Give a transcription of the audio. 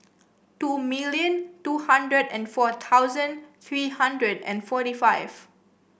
two million two hundred and four thousand three hundred and forty five